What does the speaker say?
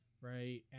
Right